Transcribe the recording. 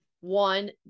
one